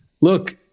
look